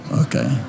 Okay